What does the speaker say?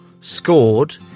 scored